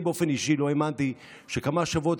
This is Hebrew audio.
אני באופן אישי לא האמנתי שכמה שבועות